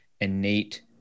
innate